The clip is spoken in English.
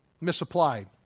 misapplied